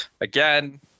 again